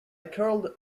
curled